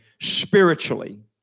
spiritually